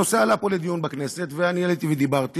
הנושא עלה פה לדיון בכנסת ואני עליתי ודיברתי,